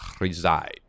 reside